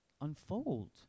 unfold